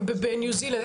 בניו זילנד,